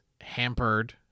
hampered –